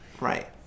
Right